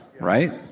right